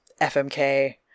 FMK